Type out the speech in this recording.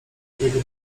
jego